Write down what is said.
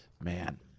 Man